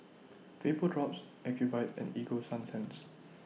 Vapodrops Ocuvite and Ego Sunsense